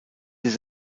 des